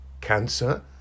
cancer